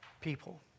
people